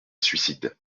suicide